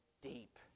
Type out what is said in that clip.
deep